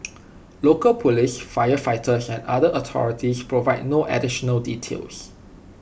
local Police firefighters and other authorities provided no additional details